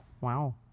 Wow